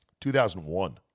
2001